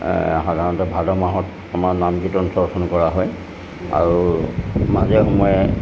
সাধাৰণতে ভাদ মাহত আমাৰ নাম কীৰ্তন চৰ্চন কৰা হয় আৰু মাজে সময়ে